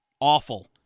awful